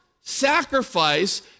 sacrifice